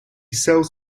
sells